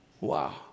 wow